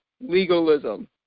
Legalism